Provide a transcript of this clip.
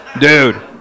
dude